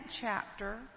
chapter